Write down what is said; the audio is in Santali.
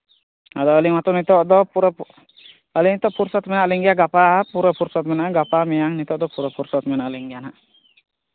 ᱟᱫᱚ ᱟᱹᱞᱤᱧ ᱦᱚᱸᱛᱚ ᱱᱤᱛᱚᱜ ᱫᱚ ᱯᱩᱨᱟᱹ ᱟᱹᱞᱤᱧ ᱦᱚᱸᱛᱚ ᱢᱮᱱᱟᱜ ᱞᱤᱧ ᱜᱮᱭᱟ ᱟᱹᱞᱤᱧ ᱦᱚᱸᱛᱚ ᱜᱟᱯᱟ ᱢᱮᱭᱟᱝ ᱱᱤᱛᱚᱜ ᱫᱚ ᱢᱮᱱᱟᱜ ᱞᱤᱧ ᱜᱮᱭᱟ ᱦᱟᱸᱜ